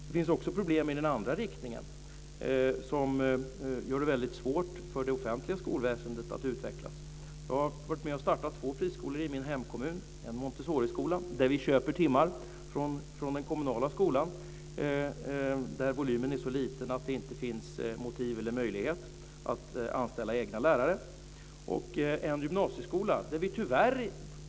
Det finns också problem i den andra riktningen som gör det väldigt svårt för det offentliga skolväsendet att utvecklas. Jag har varit med om att starta två friskolor i min hemkommun. Det är en Montessoriskola, där vi köper timmar från den kommunala skolan. Volymen är så liten att det inte finns motiv eller möjlighet att anställa egna lärare. Sedan är det en gymnasieskola.